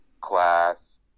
class